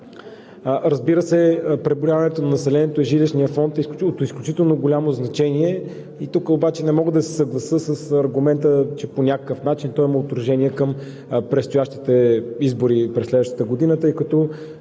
Разбира се, преброяването на населението и жилищния фонд е от изключително голямо значение. Тук обаче не мога да се съглася с аргумента, че по някакъв начин той имал отражение към предстоящите избори през следващата година,